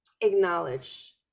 acknowledge